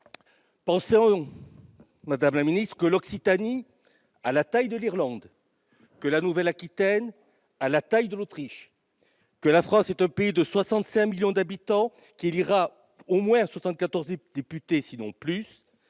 Pologne. Songeons que l'Occitanie a la taille de l'Irlande et la Nouvelle Aquitaine celle de l'Autriche, que la France est un pays de 65 millions d'habitants qui élira au moins 74 députés, voire plus,